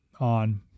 on